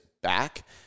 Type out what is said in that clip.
back